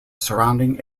surrounding